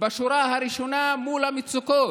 בשורה הראשונה מול המצוקות,